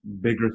bigger